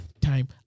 time